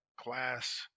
class